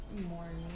morning